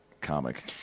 comic